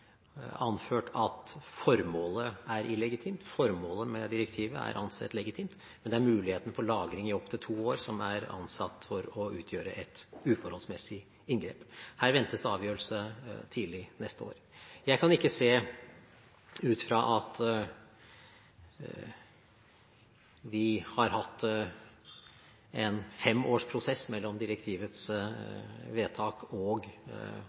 anført at formålet er illegitimt. Formålet med direktivet er ansett legitimt, men det er muligheten for lagring i opp til to år som er ansett for å utgjøre et uforholdsmessig inngrep. Her ventes det avgjørelse tidlig neste år. Jeg kan ikke se, ut fra at vi har hatt en fem års prosess mellom direktivets vedtak og